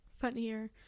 funnier